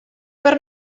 per